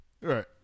Right